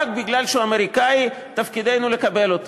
רק בגלל שהוא אמריקני תפקידנו לקבל אותו.